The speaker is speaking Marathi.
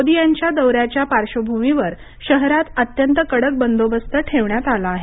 मोदी यांच्या दौऱ्याच्या पार्श्वभूमीवर शहरात अत्यंत कडक बंदोबस्त ठेवण्यात आला आहे